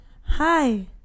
Hi